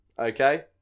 Okay